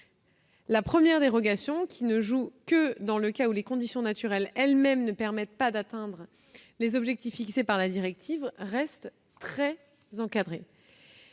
La première dérogation, qui ne joue que dans le cas où les conditions naturelles elles-mêmes ne permettent pas d'atteindre les objectifs établis par la directive, reste très encadrée.